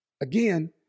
Again